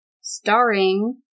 starring